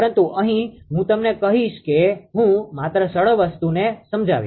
પરંતુ અહીં હું તમને કહીશ કે હું માત્ર સરળ વસ્તુને સમજાવીશ